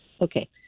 okay